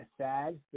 sad